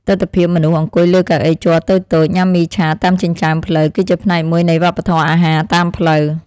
ទិដ្ឋភាពមនុស្សអង្គុយលើកៅអីជ័រតូចៗញ៉ាំមីឆាតាមចិញ្ចើមផ្លូវគឺជាផ្នែកមួយនៃវប្បធម៌អាហារតាមផ្លូវ។